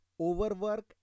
overwork